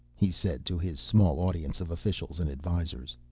he said to his small audience of officials and advisors,